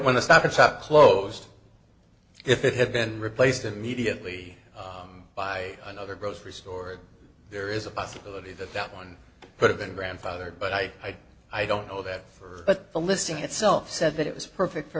shop closed if it had been replaced immediately by another grocery store there is a possibility that that one could have been grandfathered but i i don't know that for but the listing itself said that it was perfect for